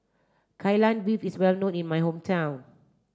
Kai Lan Beef is well known in my hometown